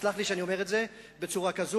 סלח לי שאני אומר את זה בצורה כזאת,